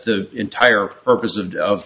the entire purpose of of